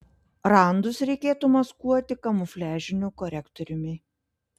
randus reikėtų maskuoti kamufliažiniu korektoriumi